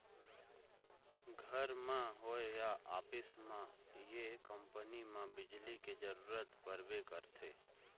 घर म होए या ऑफिस म ये कंपनी म बिजली के जरूरत परबे करथे